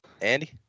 Andy